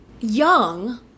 Young